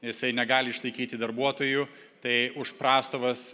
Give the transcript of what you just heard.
jisai negali išlaikyti darbuotojų tai už prastovas